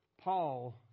Paul